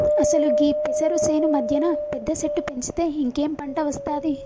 అసలు గీ పెసరు సేను మధ్యన పెద్ద సెట్టు పెంచితే ఇంకేం పంట ఒస్తాది